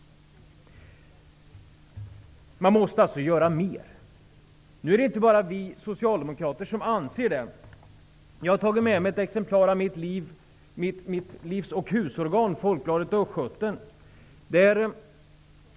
Det måste göras mer. Nu är det inte bara vi socialdemokrater som säger så. Jag har tagit med mig ett exemplar av mitt livsoch husorgan Folkbladet.